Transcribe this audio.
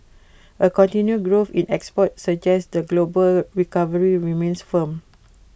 A continued growth in exports suggest the global recovery remains firm